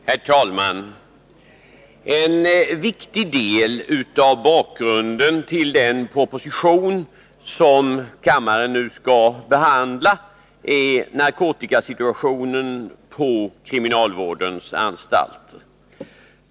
Herr talman! En viktig del av bakgrunden till den proposition som kammaren nu skall behandla är narkotikasituationen på kriminalvårdens anstalter.